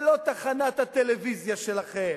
זו לא תחנת הטלוויזיה שלכם,